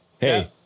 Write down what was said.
Hey